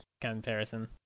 comparison